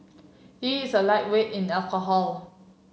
he is a lightweight in alcohol